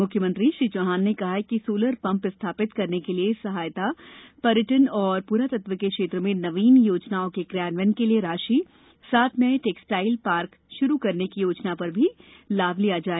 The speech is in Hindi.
मुख्यमंत्री श्री चौहान ने कहा कि सोलर पंप स्थापित करने के लिए सहायता पर्यटन और पुरातत्व के क्षेत्र में नवीन योजनाओं के क्रियान्वयन के लिए राशि सात नए टैक्सटाइल पार्क प्रारंभ करने की योजना का भी लाभ लिया जाए